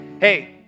Hey